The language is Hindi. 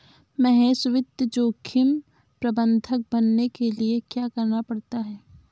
महेश वित्त जोखिम प्रबंधक बनने के लिए क्या करना पड़ता है?